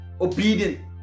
obedient